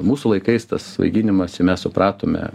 mūsų laikais tas svaiginimąsi mes supratome